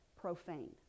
profane